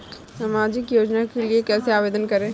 सामाजिक योजना के लिए कैसे आवेदन करें?